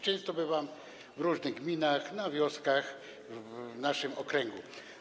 Często bywam w różnych gminach, w wioskach w naszym okręgu.